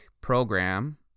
program